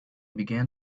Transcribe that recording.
began